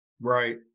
Right